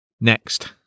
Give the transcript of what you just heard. Next